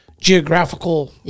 geographical